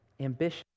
ambition